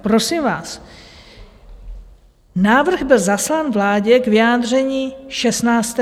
Prosím vás, návrh byl zaslán vládě k vyjádření 16.